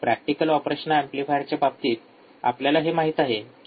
practical operation एंपलीफायरच्या बाबतीत आपल्याला हे माहीत आहे